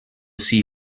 see